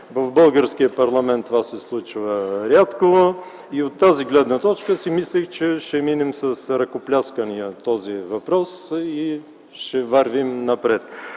В българския парламент това се случва рядко. От тази гледна точка си мислех, че ще минем с ръкопляскания този въпрос и ще вървим напред.